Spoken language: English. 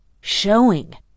showing